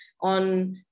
on